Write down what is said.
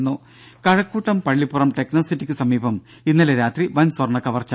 രും കഴക്കൂട്ടം പള്ളിപ്പുറം ടെക്നോസിറ്റിക്ക് സമീപം ഇന്നലെ രാത്രി വൻ സ്വർണ കവർച്ച